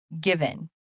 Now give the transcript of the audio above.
given